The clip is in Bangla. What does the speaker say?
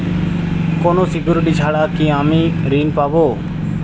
কোনো সিকুরিটি ছাড়া কি আমি ঋণ পাবো?